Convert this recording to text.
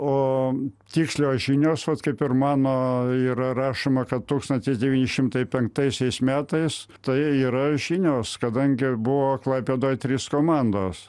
o tikslios žinios vat kaip ir mano yra rašoma kad tūkstantis devyni šimtai penktaisiais metais tai yra žinios kadangi buvo klaipėdoj trys komandos